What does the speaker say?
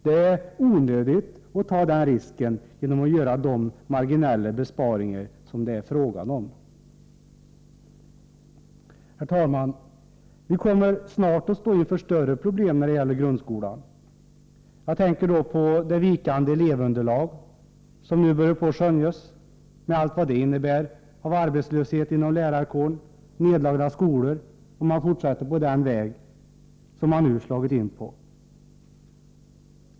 Det är onödigt att ta den risken genom att göra de marginella besparingar som det här är fråga om. Herr talman! Vi kommer snart att stå inför större problem när det gäller grundskolan. Jag tänker då på det vikande elevunderlag som nu börjar att skönjas, med allt vad det innebär av arbetslöshet inom lärarkåren och nedlagda skolor, om regeringspartiet fortsätter på den väg man nu slagit in på.